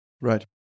Right